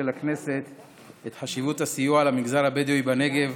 הכנסת את חשיבות הסיוע למגזר הבדואי בנגב.